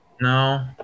No